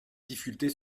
difficultés